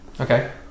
Okay